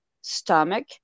stomach